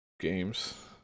games